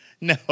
no